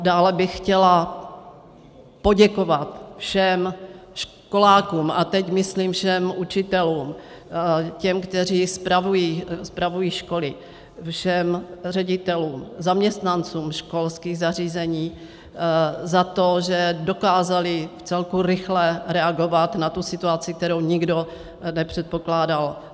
Dále bych chtěla poděkovat všem školákům, a teď myslím všem učitelům, těm, kteří spravují školy, všem ředitelům, zaměstnancům školských zařízení za to, že dokázali vcelku rychle reagovat na tu situaci, kterou nikdo nepředpokládal.